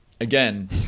again